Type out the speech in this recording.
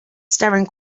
staring